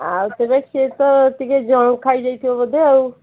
ଆଉ ତେବେ ସିଏ ତ ଟିକେ ଜଙ୍କ୍ ଖାଇଯାଇଥିବ ବୋଧେ ଆଉ